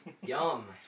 Yum